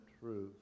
truth